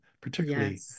particularly